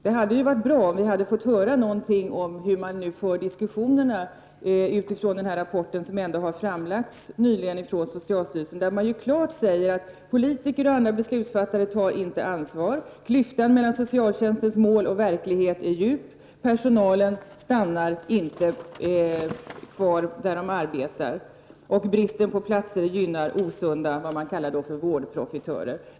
Det hade varit bra om vi hade fått höra någonting om vilka diskussioner man nu för utifrån den rapport som socialstyrelsen ändå har lagt fram nyligen. I denna rapport sägs det klart att politiker och andra beslutsfattare inte tar ansvar, att klyftan mellan socialtjänstens mål och verkligheten är djup, att personalen inte stannar kvar på sina arbetsplatser och att bristen på platser gynnar vad man i rapporten kallar ”vårdprofitörer”.